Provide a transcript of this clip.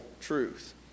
truth